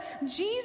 Jesus